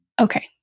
Okay